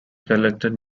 collected